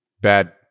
Bad